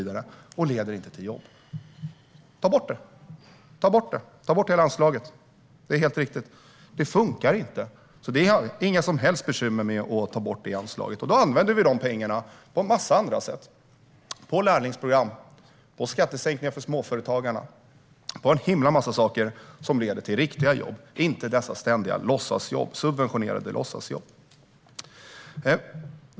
De leder inte till jobb. Ta bort det! Ta bort hela anslaget! Det funkar inte, så vi har inga som helst bekymmer med att ta bort det. Det är helt riktigt. Vi använder de pengarna på en massa andra sätt - på lärlingsprogram, på skattesänkningar för småföretagarna, på en himla massa saker som leder till riktiga jobb och inte dessa ständiga subventionerade låtsasjobb.